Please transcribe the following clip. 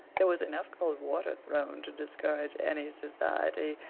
there was enough cold water thrown to discourage any society.